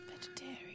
Vegetarian